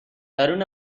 درون